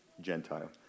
Gentile